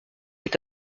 est